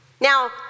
Now